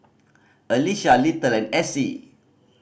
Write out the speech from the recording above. Alecia Little and Essie